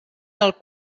del